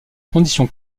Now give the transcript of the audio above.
condition